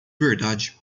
verdade